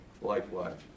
likewise